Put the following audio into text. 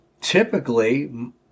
typically